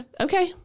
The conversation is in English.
Okay